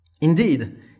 Indeed